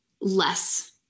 less